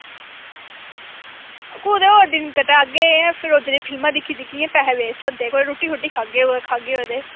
कुदै होर दिन कटागे रोजा दे फिल्मां दिक्खी दिक्खियै पैहे वेस्ट होंदे कुदै रुट्टी छुट्टी खाह्गे कुदै खाह्गे ओह्दे